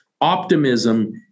Optimism